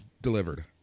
delivered